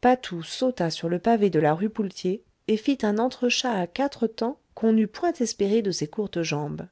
patou sauta sur le pavé de la rue poultier et fit un entrechat à quatre temps qu'on n'eût point espéré de ses courtes jambes